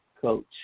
Coach